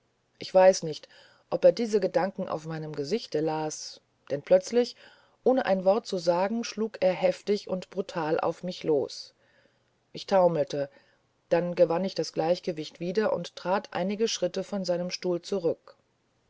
ich weiß nicht ob er diese gedanken auf meinem gesichte las denn plötzlich ohne ein wort zu sagen schlug er heftig und brutal auf mich los ich taumelte dann gewann ich das gleichgewicht wieder und trat einige schritte von seinem stuhl zurück